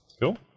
cool